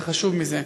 וחשוב מזה,